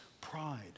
pride